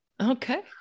okay